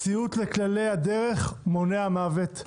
ציות לכללי הדרך מונע מוות,